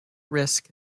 risk